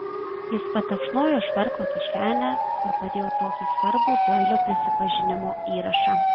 jis patapšnojo švarko kišenę kur padėjo tokį svarbų doilio prisipažinimo įrašą